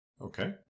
Okay